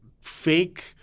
fake